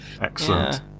Excellent